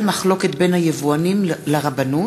יצחק וקנין,